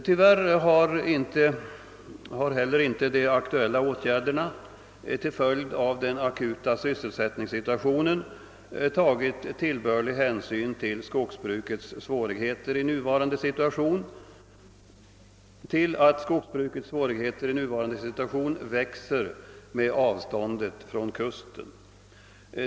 Tyvärr har inte heller de aktuella åtgärderna till följd av den akuta sysselsättningssituationen tagit tillbörlig hänsyn till att skogsbrukets svårigheter i nuvarande situation växer med avståndet från kusten.